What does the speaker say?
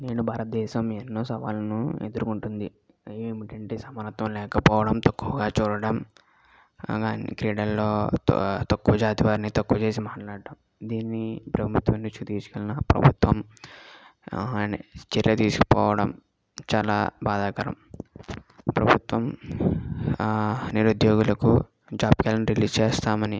నేడు భారతదేశం ఎన్నో సవాళ్ళను ఎదుర్కొంటుంది అవి ఏమిటంటే సమానత్వం లేకపోవడం తక్కువగా చూడడం క్రీడల్లో తక్కువ జాతి వారిని తక్కువ చేసి మాట్లాడటం దీన్ని ప్రభుత్వం నుంచి తీసుకున్న ప్రభుత్వం చర్య తీసుకోవడం చాలా బాధాకరం ప్రభుత్వం నిరుద్యోగులకు జాబ్ క్యాలెండర్ రిలీజ్ చేస్తామని